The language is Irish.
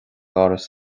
áras